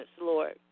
Lord